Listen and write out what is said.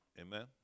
Amen